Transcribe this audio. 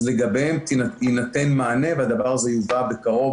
אז לגביהם יינתן מענה והדבר יובא בקרוב,